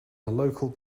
local